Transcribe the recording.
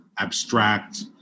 abstract